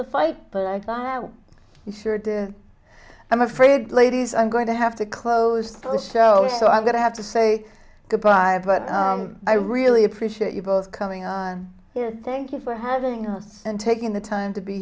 to fight but i sure did i'm afraid ladies i'm going to have to close the show so i'm going to have to say goodbye but i really appreciate you both coming here thank you for having us and taking the time to be